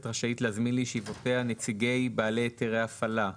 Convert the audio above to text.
רשאית להזמין לישיבותיה נציגי בעלי היתרי הפעלה.